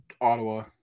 Ottawa